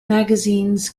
magazines